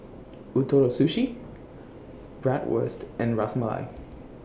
Ootoro Sushi Bratwurst and Ras Malai